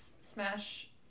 Smash